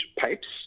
Pipes